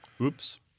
Oops